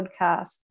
podcast